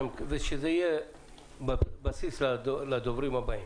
כדי שזה יהיה בסיס לדוברים הבאים,